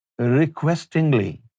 requestingly